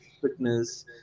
fitness